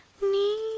me.